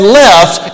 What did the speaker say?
left